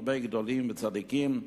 הרבה גדולים וצדיקים,